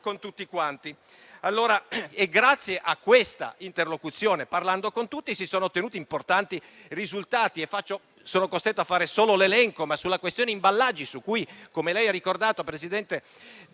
Grazie a questa interlocuzione, parlando con tutti, si sono ottenuti importanti risultati, dei quali io sono costretto a fare solo l'elenco. Sulla questione imballaggi, come lei ha ricordato, presidente